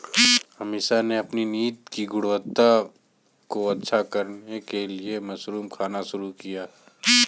अमीषा ने अपनी नींद की गुणवत्ता को अच्छा करने के लिए मशरूम खाना शुरू किया